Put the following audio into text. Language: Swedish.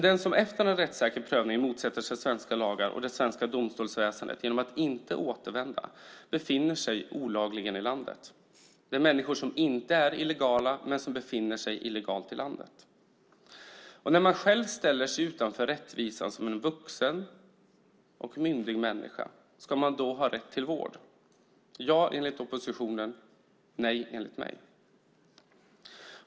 Den som efter en rättssäker prövning motsätter sig svenska lagar och det svenska domstolsväsendet genom att inte återvända befinner sig olagligen i landet. Det är människor som inte är illegala men som befinner sig illegalt i landet. När man själv ställer sig utanför rättvisan som en vuxen och myndig människa, ska man då ha rätt till vård? Ja, enligt oppositionen. Nej, enligt mig.